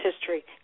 history